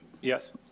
Yes